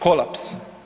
Kolaps.